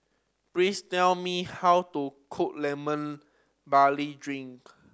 please tell me how to cook Lemon Barley Drink